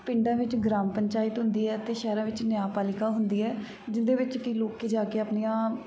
ਪਿੰਡਾਂ ਵਿੱਚ ਗਰਾਮ ਪੰਚਾਇਤ ਹੁੰਦੀ ਹੈ ਅਤੇ ਸ਼ਹਿਰਾਂ ਵਿੱਚ ਨਿਆਂਪਾਲਿਕਾ ਹੁੰਦੀ ਹੈ ਜਿਹਦੇ ਵਿੱਚ ਕਿ ਲੋਕ ਜਾ ਕੇ ਆਪਣੀਆਂ